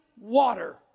water